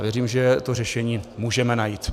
Věřím, že to řešení můžeme najít.